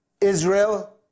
Israel